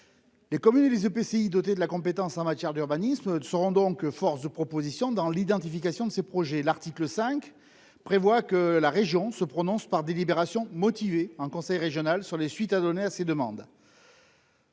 Les communes et les EPCI dotés de la compétence urbanisme seront donc force de proposition dans l'identification de ces projets. Il est également prévu par cet article que la région se prononce par délibération motivée en conseil régional sur les suites à donner à ces demandes.